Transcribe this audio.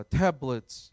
tablets